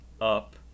up